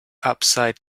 upside